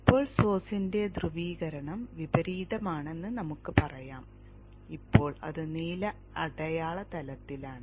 ഇപ്പോൾ സോഴ്സിന്റെ ധ്രുവീകരണം വിപരീതമാണെന്ന് നമുക്ക് പറയാം ഇപ്പോൾ അത് നീല അടയാള തലത്തിലാണ്